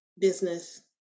business